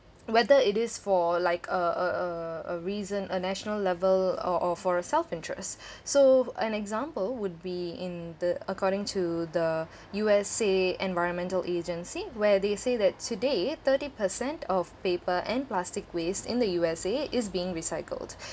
whether it is for like a a reason a national level or or for a self-interest so an example would be in the according to the U_S_A environmental agency where they say that today thirty percent of paper and plastic waste in the U_S_A is being recycled